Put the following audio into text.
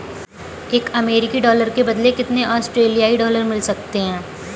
एक अमेरिकी डॉलर के बदले कितने ऑस्ट्रेलियाई डॉलर मिल सकते हैं?